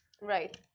Right